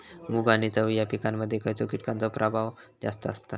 मूग आणि चवळी या पिकांमध्ये खैयच्या कीटकांचो प्रभाव जास्त असता?